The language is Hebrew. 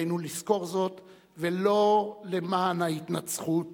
עלינו לזכור זאת ולא למען ההתנצחות,